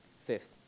Fifth